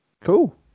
cool